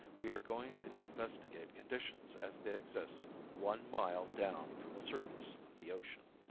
we are going to investigate conditions as they exist one mile down from the surface of the ocean.